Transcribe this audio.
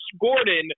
Gordon